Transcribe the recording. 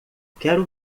quero